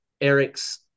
Eric's